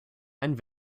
and